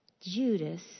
Judas